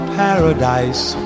paradise